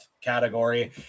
category